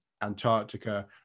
Antarctica